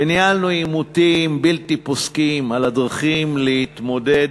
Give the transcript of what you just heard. וניהלנו עימותים בלתי פוסקים על הדרכים להתמודד,